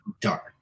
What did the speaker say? dark